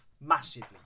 massively